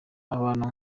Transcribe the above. abantu